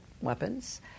weapons